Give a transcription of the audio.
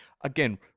again